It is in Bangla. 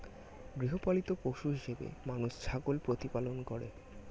গৃহপালিত পশু হিসেবে মানুষ ছাগল প্রতিপালন করে